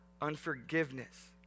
unforgiveness